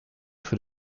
für